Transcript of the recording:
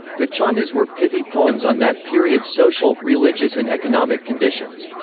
vachanas were pithy poems on that period's social, religious and economic conditions.